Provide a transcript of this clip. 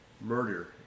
murder